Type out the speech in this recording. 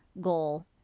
goal